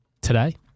Today